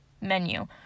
menu